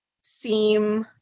seem